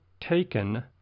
taken